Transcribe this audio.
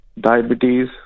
diabetes